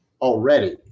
already